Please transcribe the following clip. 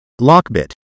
LockBit